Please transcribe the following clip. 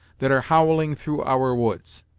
that are howling through our woods.